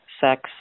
sex